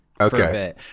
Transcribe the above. Okay